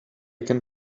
can